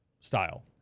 style